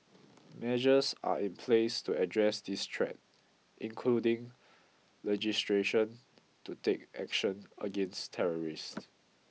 measures are in place to address this threat including legislation to take action against terrorists